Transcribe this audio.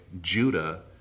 Judah